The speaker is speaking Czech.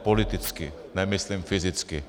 Politicky, nemyslím fyzicky.